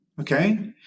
Okay